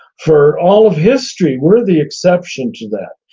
for all of history, we're the exception to that.